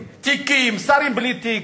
תיקים, שרים בלי תיק.